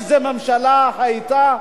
איזו ממשלה היתה,